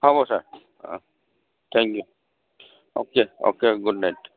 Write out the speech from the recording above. হ'ব ছাৰ অঁ thank you okay okay good night